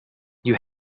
you